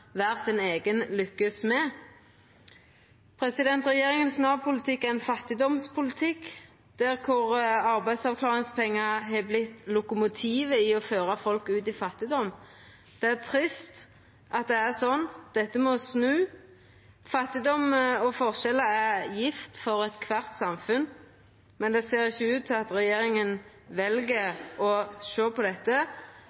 regjeringa er ein fattigdomspolitikk der arbeidsavklaringspengar har vorte lokomotivet som fører folk ut i fattigdom. Det er trist at det er slik. Dette må snu. Fattigdom og forskjellar er gift for kvar eit samfunn, men det ser ikkje ut til at regjeringa